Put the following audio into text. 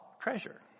treasure